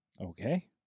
Okay